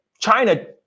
China